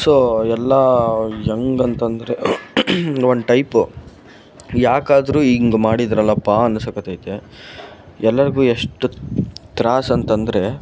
so ಎಲ್ಲ ಹೆಂಗಂತಂದ್ರೆ ಒಂದು ಟೈಪು ಯಾಕಾದ್ರೂ ಹಿಂಗ್ ಮಾಡಿದರಲಪ್ಪ ಅನ್ನಿಸಕತೈತೆ ಎಲ್ಲರ್ಗೂ ಎಷ್ಟು ತ್ರಾಸು ಅಂತಂದರೆ